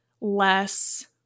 less